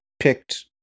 Picked